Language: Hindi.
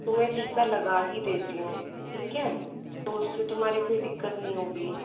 तुम्हें टीका लगा ही देती हूँ ठीक है तो उससे तुम्हारे कोई दिक्कत नहीं होगी